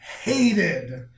hated